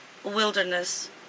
wilderness